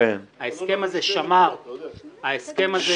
ההסכם הזה שמר